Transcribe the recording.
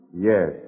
Yes